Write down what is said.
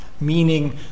meaning